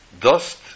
dust